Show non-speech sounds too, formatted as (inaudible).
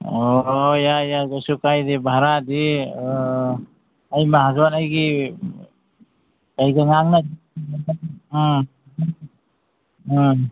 ꯑꯣ ꯌꯥꯏ ꯌꯥꯏ ꯀꯩꯁꯨ ꯀꯥꯏꯗꯦ ꯚꯔꯥꯗꯤ ꯑꯩ ꯃꯍꯥꯖꯣꯟ ꯑꯩꯒꯤ ꯀꯩꯒ ꯉꯥꯡꯅ (unintelligible) ꯑꯥ ꯑꯥ